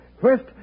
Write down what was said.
First